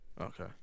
Okay